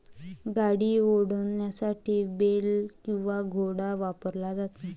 गाडी ओढण्यासाठी बेल किंवा घोडा वापरला जातो